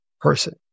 person